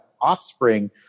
offspring